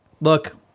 Look